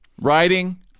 Writing